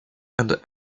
and